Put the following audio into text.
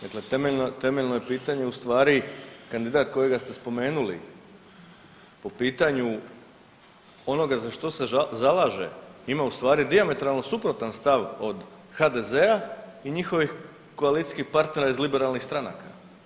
Dakle, temeljno je pitanje u stvari kandidat kojega ste spomenuli po pitanju onoga za što se zalaže ima u stvari dijametralno suprotan stav od HDZ-a i njihovih koalicijskih partnera iz liberalnih stranaka.